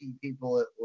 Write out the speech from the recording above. people